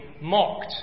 mocked